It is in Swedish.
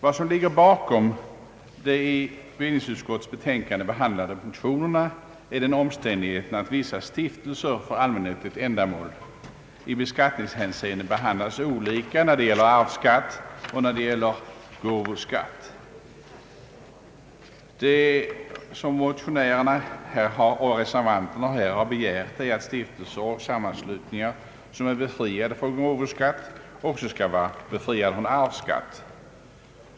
Vad som ligger bakom de i bevillningsutskottets betänkande avhandlade motionerna är den omständigheten att vissa stiftelser för allmännyttiga ändamål i beskattningshänseende behandlas olika när det gäller arv och när det gäller gåvor. Det som motionärerna och reservanterna här har begärt är att stiftelser och sammanslutningar som är befriade från gåvoskatt också skall vara befriade från arvsskatt.